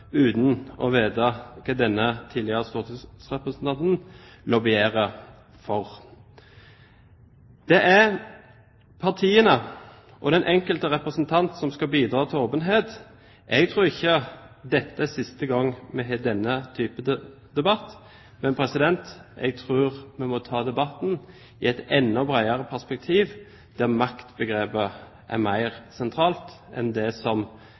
uten å vite hva denne tidligere stortingsrepresentanten lobber for. Det er partiene og den enkelte representant som skal bidra til åpenhet. Jeg tror ikke at dette er siste gang vi har denne typen debatt. Jeg tror vi må ta debatten i et enda bredere perspektiv der maktbegrepet er mer sentralt enn det som